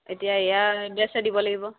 এতিয়া ইয়াৰ এড্ৰেছহে দিব লাগিব